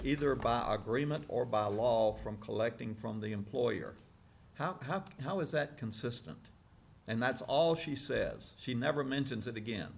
either by i agree money or by law from collecting from the employer how how how is that consistent and that's all she says she never mentions it again